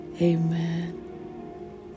amen